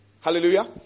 Hallelujah